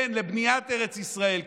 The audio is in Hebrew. כן לבניית ארץ ישראל,